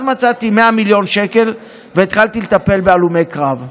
מצאתי 100 מיליון שקל והתחלתי לטפל בהלומי קרב,